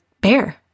bear